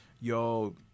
yo